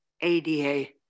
ADA